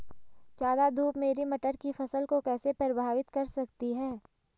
ज़्यादा धूप मेरी मटर की फसल को कैसे प्रभावित कर सकती है?